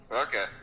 Okay